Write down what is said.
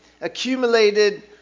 accumulated